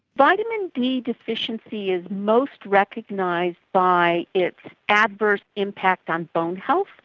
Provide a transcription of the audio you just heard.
vitamin d deficiency is most recognised by its adverse impact on bone health.